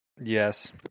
yes